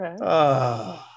Okay